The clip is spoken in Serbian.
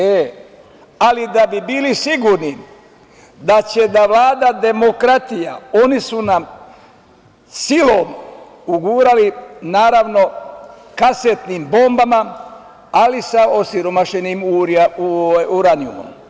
E, ali da bi bili sigurni da će da vlada demokratija, oni su nam silom ugurali, naravno, kasetnim bombama, ali sa osiromašenim uranijumom.